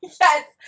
Yes